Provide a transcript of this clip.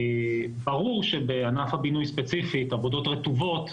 ברור שבענף הבינוי ספציפית, עבודות רטובות,